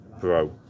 Bro